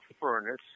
furnace